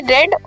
Red